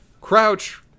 Crouch